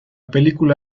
película